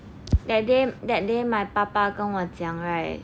that day that day my 爸爸跟我讲 right